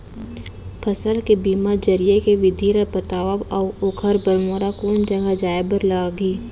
फसल के बीमा जरिए के विधि ला बतावव अऊ ओखर बर मोला कोन जगह जाए बर लागही?